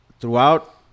throughout